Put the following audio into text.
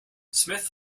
smith